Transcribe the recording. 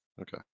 Okay